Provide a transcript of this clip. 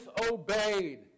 disobeyed